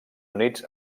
units